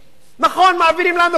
נכון, מעבירים לנו כסף,